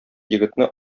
егетне